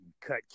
cut